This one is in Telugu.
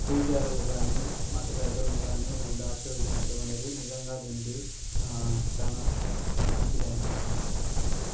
పూజారులు కానీ మత పెద్దలను కానీ వీళ్ళు ఆశీర్వదించడం అనేది నిజంగా దీనికి చాలా మంచి అనిపిస్తుంది